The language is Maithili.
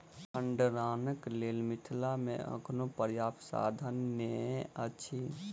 भंडारणक लेल मिथिला मे अखनो पर्याप्त साधन नै अछि